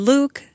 Luke